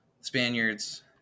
Spaniards